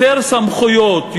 יותר סמכויות,